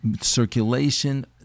circulation